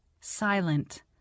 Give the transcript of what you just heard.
silent